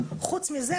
חוץ מזה,